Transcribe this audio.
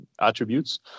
attributes